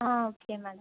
ah okay madam